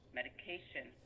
medication